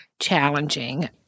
challenging